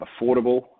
affordable